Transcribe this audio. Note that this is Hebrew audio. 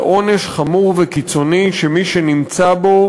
זה עונש חמור וקיצוני שמי שנמצא בו